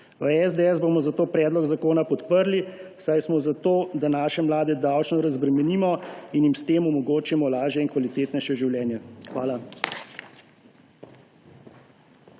V SDS bomo zato predlog zakona podprli, saj smo zato da naše mlade davčno razbremenimo in jim s tem omogočimo lažje in kvalitetnejše življenje. Hvala.